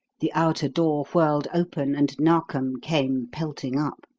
the outer door whirled open and narkom came pelting up.